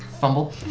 Fumble